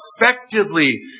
effectively